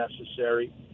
necessary